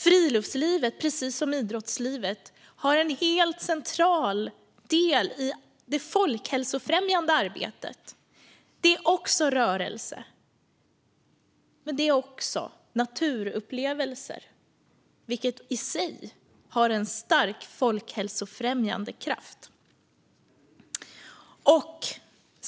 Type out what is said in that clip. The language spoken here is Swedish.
Friluftslivet precis som idrottslivet har en helt central del i det folkhälsofrämjande arbetet. Det är rörelse, men det är också naturupplevelser. Det i sig har en stark folkhälsofrämjande kraft.